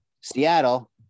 Seattle